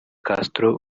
castro